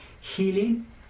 healing